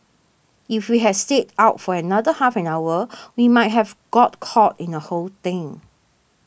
if we had stayed out for another half an hour we might have got caught in the whole thing